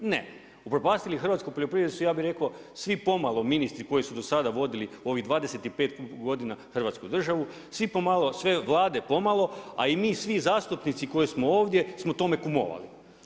Ne, upropastili hrvatsku poljoprivredu su ja bi rekao, svi pomalo ministri koji su dosada vodili ovih 25 godina hrvatsku državu, svi pomalo, sve Vlade pomalo, a i mi svi zastupnici koji smo ovdje smo tome kumovali.